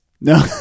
no